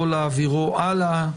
לא להעבירו הלאה,